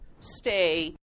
stay